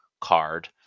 card